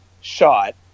shot